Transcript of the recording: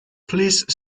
please